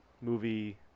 movie